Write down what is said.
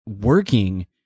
working